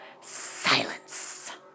silence